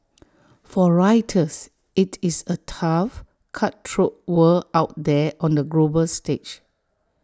for writers IT is A tough cutthroat world out there on the global stage